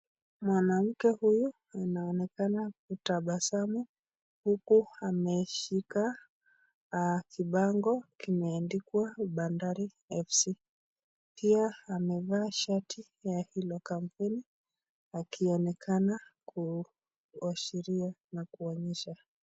Mwanamke huyu anaonekana kutabasamu huku ameshika mibango kimeandikwa bandari fc pia amevaa shati ya hilo kampuni akionekana kuashiria na kuonyesha.